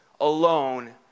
alone